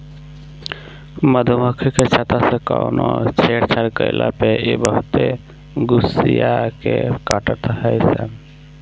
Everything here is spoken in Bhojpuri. मधुमक्खी के छत्ता से कवनो छेड़छाड़ कईला पे इ बहुते गुस्सिया के काटत हई सन